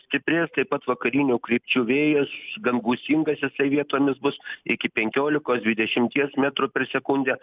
stiprės taip pat vakarinių krypčių vėjas gan gūsingas jisai vietomis bus iki penkiolikos dvidešimties metrų per sekundę